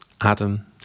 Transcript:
Adam